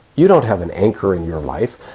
you don't have an anchor in your life,